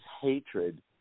hatred